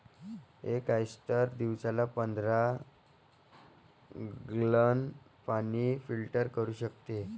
एक ऑयस्टर दिवसाला पंधरा गॅलन पाणी फिल्टर करू शकतो